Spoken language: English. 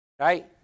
right